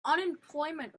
unemployment